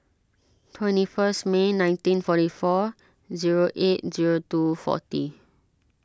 twenty first May nineteen forty four zero eight zero two forty